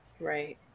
Right